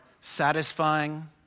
satisfying